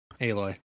Aloy